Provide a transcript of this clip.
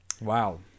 Wow